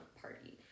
party